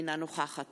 אינה נוכחת